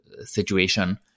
situation